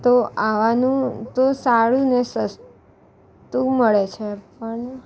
તો આવાનું તો સારુંને સસ્તું મળે છે પણ